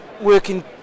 Working